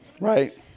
right